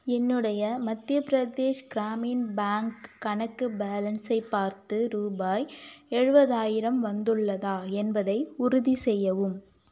என்னுடைய மத்திய பிரதேஷ் கிராமின் பேங்க் கணக்கு பேலன்ஸை பார்த்து ரூபாய் எழுபதாயிரம் வந்துள்ளதா என்பதை உறுதி செய்யவும்